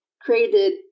created